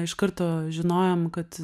iš karto žinojom kad